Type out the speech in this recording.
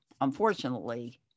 unfortunately